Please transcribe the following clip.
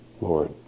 Lord